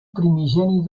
primigeni